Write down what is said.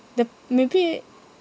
the maybe